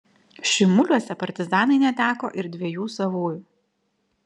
šimuliuose partizanai neteko ir dviejų savųjų